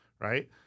right